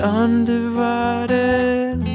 undivided